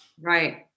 Right